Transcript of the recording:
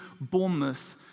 Bournemouth